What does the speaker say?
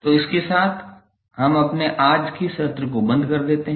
तो इसके साथ हम अपने आज के सत्र को बंद कर देते हैं